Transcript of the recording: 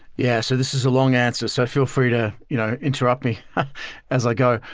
yeah so this is a long answer, so feel free to you know interrupt me as i go.